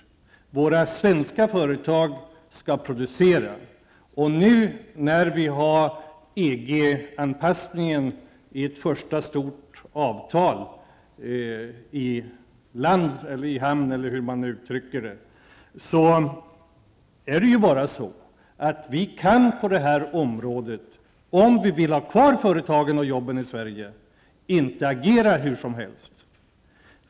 Våra svenska företag skall producera. Och nu när vi har EG-anpassningen i ett första stort avtal i hamn, så kan vi på det här området, om vi vill ha kvar företagen och jobben i Sverige, inte agera hur som helst.